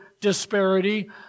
disparity